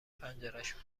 پنجرشون